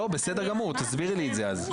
לא, בסדר גמור, תסבירי לי את זה אז.